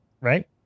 Right